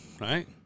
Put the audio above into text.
right